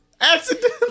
Accidentally